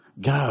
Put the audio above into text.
go